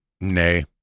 nay